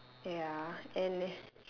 ya and